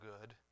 good